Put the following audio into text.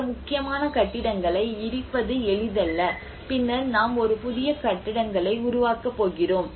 இந்த முக்கியமான கட்டிடங்களை இடிப்பது எளிதல்ல பின்னர் நாம் ஒரு புதிய கட்டடங்களை உருவாக்கப் போகிறோம்